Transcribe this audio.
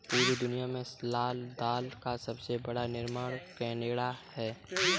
पूरी दुनिया में लाल दाल का सबसे बड़ा निर्यातक केनेडा है